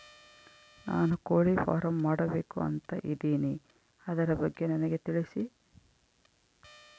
ನಾನು ಕೋಳಿ ಫಾರಂ ಮಾಡಬೇಕು ಅಂತ ಇದಿನಿ ಅದರ ಬಗ್ಗೆ ನನಗೆ ತಿಳಿಸಿ?